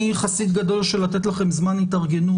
אני חסיד גדול של לתת לכם זמן התארגנות.